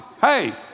Hey